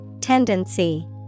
Tendency